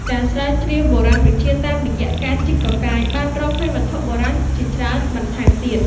ការស្រាវជ្រាវបុរាណវិទ្យាតាមរយៈការជីកកកាយ បានរកឃើញវត្ថុបុរាណជាច្រើនបន្ថែមទៀត។